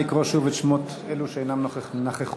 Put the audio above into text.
את שמות אלו שלא נכחו.